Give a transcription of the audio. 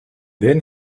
then